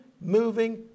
moving